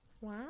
wow